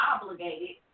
obligated